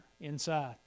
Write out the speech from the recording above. inside